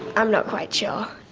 i'm not quite sure.